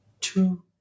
two